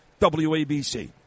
WABC